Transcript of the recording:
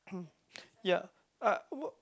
ya uh w~